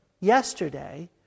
yesterday